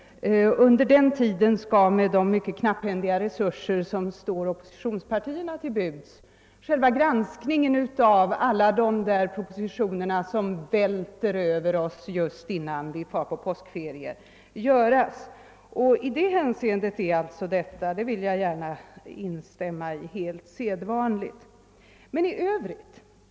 Med de knapphändiga resurser som står oppositionspartierna till buds skall de under den tiden utföra själva granskningen av alla de propositioner som väller över dem just innan vi far på påskferier. Jag vill gärna instämma i att det är »sedvanligt» i det hänseendet.